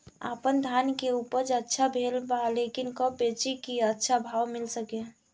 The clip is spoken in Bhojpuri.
आपनधान के उपज अच्छा भेल बा लेकिन कब बेची कि अच्छा भाव मिल सके?